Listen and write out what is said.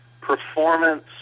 performance